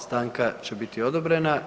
Stanka će biti odobrena.